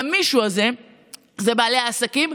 והמישהו הזה זה בעלי העסקים,